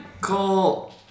Cole